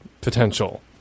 potential